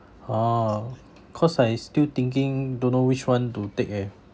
oh cause I still thinking don't know which one to take eh